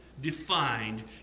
defined